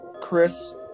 Chris